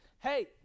Hey